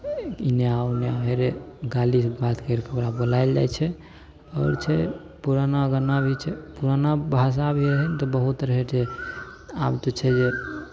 एने आउ ओने आउ हेरे गालीसँ बात करि कऽ ओकरा बोलाएल जाइत छै आओर छै पुराना गाना भी छै पुराना भाषा भी हय तऽ बहुत रहैत छै आब तऽ छै जे